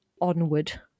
Onward